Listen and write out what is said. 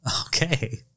Okay